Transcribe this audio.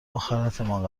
آخرتمان